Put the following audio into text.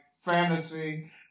fantasy